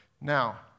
Now